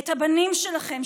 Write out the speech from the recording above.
את הבנים שלכם,